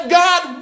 god